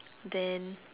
then